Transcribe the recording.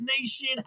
nation